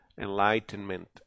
enlightenment